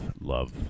love